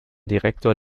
direktor